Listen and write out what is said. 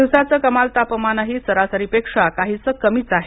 दिवसाचं कमाल तापमानही सरासरीपेक्षा काहीसं कमीच आहे